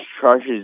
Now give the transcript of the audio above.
charges